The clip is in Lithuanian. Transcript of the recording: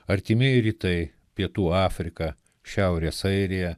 artimieji rytai pietų afrika šiaurės airija